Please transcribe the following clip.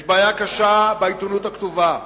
יש בעיה קשה בעיתונות הכתובה.